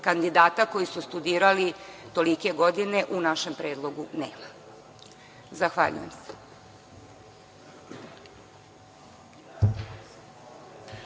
Kandidata koji su studirali tolike godine u našem predlogu nema. Zahvaljujem se.